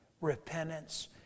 repentance